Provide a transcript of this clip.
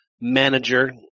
manager